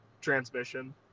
transmission